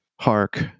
Hark